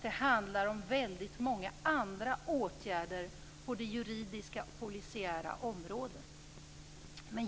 Det handlar om väldigt många andra åtgärder på det juridiska och polisiära området.